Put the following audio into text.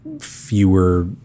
fewer